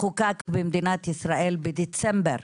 חוקק במדינת ישראל בדצמבר